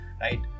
right